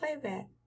Playback